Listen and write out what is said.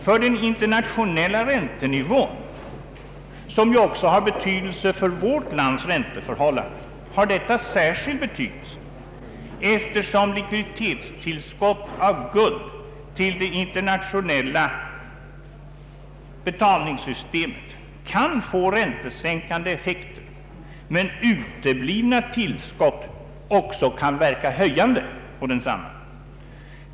För den internationella räntenivån, som ju har betydelse också för vårt lands ränteläge, är detta av vikt, eftersom likviditetstillskott av guld till det internationella betalningssystemet kan få räntesänkande effekt, medan uteblivna tillskott också kan verka höjande på densamma.